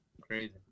crazy